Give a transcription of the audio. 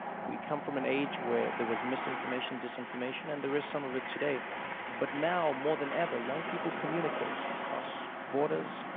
we come from an age where there was misinformation, disinformation and there is some of it today but now more than ever young people communicate across borders,